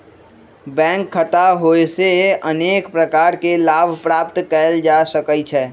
bank खता होयेसे अनेक प्रकार के लाभ प्राप्त कएल जा सकइ छै